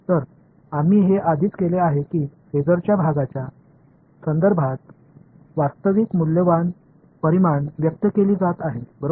तर आम्ही हे आधीच केले आहे की फेसरच्या भागाच्या संदर्भात वास्तविक मूल्यवान परिमाण व्यक्त केली जात आहे बरोबर